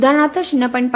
उदाहरणार्थ ०